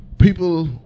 People